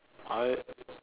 I